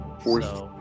Fourth